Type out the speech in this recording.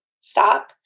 stop